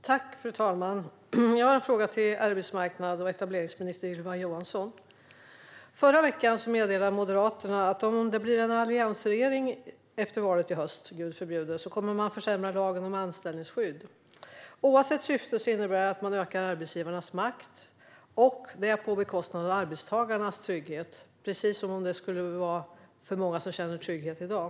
Fru talman! Jag har en fråga till arbetsmarknads och etableringsminister Ylva Johansson. Förra veckan meddelade Moderaterna att om det - Gud förbjude! - blir en alliansregering efter valet i höst kommer man att försämra lagen om anställningsskydd. Oavsett syfte innebär det att arbetsgivarnas makt ökar, och det blir på bekostnad av arbetstagarnas trygghet, som om det skulle vara för många som känner trygghet i dag.